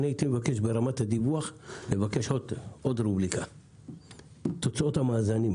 הייתי מבקש עוד רובריקה בדיווח גם תוצאות המאזנים,